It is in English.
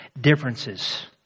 differences